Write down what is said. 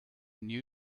new